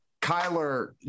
Kyler